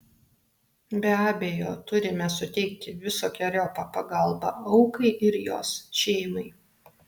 be abejo turime suteikti visokeriopą pagalbą aukai ir jos šeimai